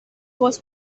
was